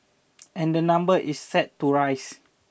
and the number is set to rise